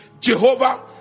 Jehovah